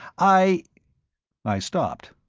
i i stopped.